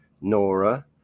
Nora